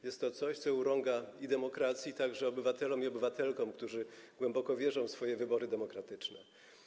Jest to coś, co urąga demokracji, a także obywatelom i obywatelkom, którzy głęboko wierzą w swoje wybory demokratyczne.